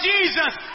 Jesus